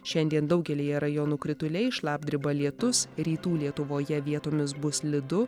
šiandien daugelyje rajonų krituliai šlapdriba lietus rytų lietuvoje vietomis bus slidu